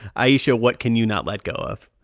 ayesha, what can you not let go of?